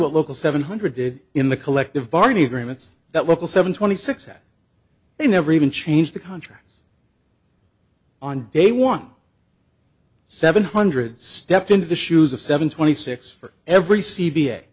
what local seven hundred did in the collective bargaining agreements that local seven twenty six that they never even changed the contracts on day one seven hundred stepped into the shoes of seven twenty six for every c